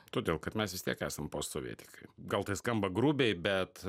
todėl kad mes vis tiek esam postsovietikai gal tai skamba grubiai bet